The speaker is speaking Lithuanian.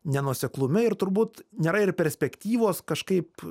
nenuoseklume ir turbūt nėra ir perspektyvos kažkaip